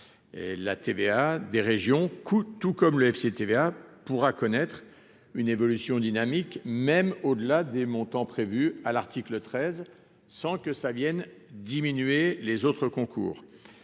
la TVA des régions coup tout comme le FCTVA pourra connaître une évolution dynamique même au-delà des montants prévus à l'article 13 sans que ça Vienne, diminuer les autres concours